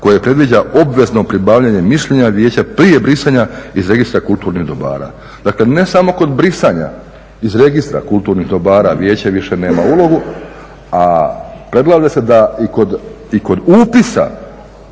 koje predviđa obvezno pribavljanje mišljenja vijeća prije brisanja iz Registra kulturnih dobara, dakle ne samo kod brisanja iz Registra kulturnih dobara vijeće više nema ulogu, a predlaže se da i kod upisa